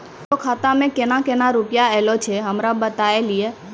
हमरो खाता मे केना केना रुपैया ऐलो छै? हमरा बताय लियै?